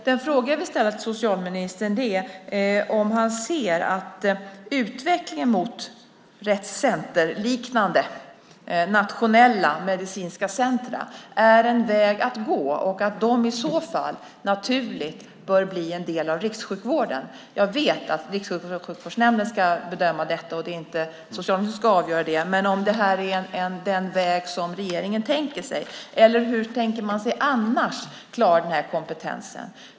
Den fråga jag vill ställa till socialministern är om han ser att utvecklingen mot Rett Center-liknande nationella medicinska centrum är en väg att gå och att de i så fall naturligt bör bli en del av rikssjukvården. Jag vet att Rikssjukvårdsnämnden ska bedöma detta och att det inte är socialministern som ska avgöra det, men är det här den väg som regeringen tänker sig? Hur tänker man sig annars att klara den här kompetensen?